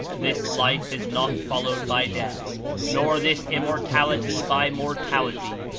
this life is not followed by death nor this immortality by mortality,